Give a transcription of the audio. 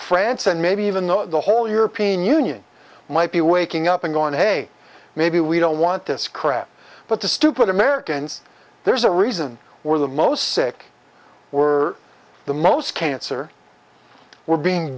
france and maybe even though the whole european union might be waking up and going hey maybe we don't want this crap but the stupid americans there's a reason we're the most sick we're the most cancer we're being